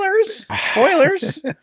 Spoilers